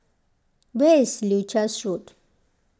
where is Leuchars Road